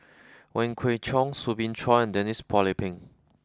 Wong Kwei Cheong Soo Bin Chua and Denise Phua Lay Peng